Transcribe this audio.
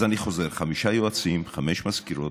אז אני חוזר: חמישה יועצים, חמש מזכירות,